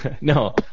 No